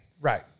Right